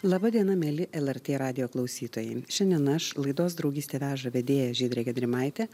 laba diena mieli lrt radijo klausytojai šiandien aš laidos draugystė veža vedėja žydrė gedrimaitė